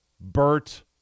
Bert